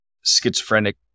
schizophrenic